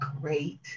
great